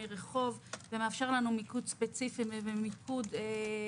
רחוב וגם מאפשר מיקוד ספציפי ומדויק,